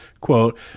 quote